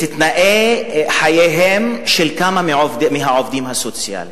תנאי חייהם של כמה מהעובדים הסוציאליים,